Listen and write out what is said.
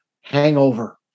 hangover